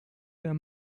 der